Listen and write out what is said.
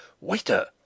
Waiter